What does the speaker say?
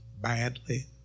badly